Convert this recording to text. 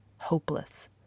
hopeless